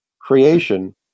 creation